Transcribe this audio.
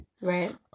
Right